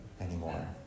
anymore